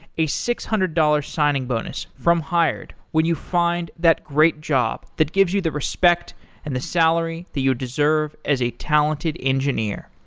a six hundred dollars signing bonus from hired when you find that great job that gives you the respect and the salary that you deserve as a talented engineer.